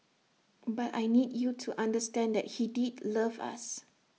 but I need you to understand that he did love us